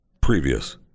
previous